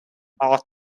art